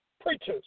preachers